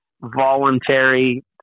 voluntary